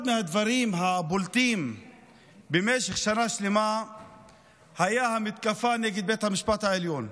אחד מהדברים הבולטים במשך שנה שלמה היה המתקפה נגד בית המשפט העליון.